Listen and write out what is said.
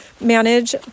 manage